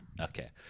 Okay